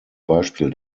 beispiel